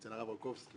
אצל הרב רקובסקי